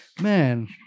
Man